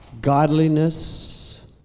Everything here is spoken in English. godliness